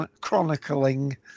chronicling